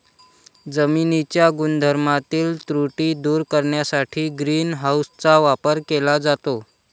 जमिनीच्या गुणधर्मातील त्रुटी दूर करण्यासाठी ग्रीन हाऊसचा वापर केला जातो